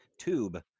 tube